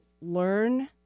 learn